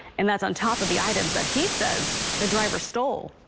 and that's on top of the items but he says the driver stole.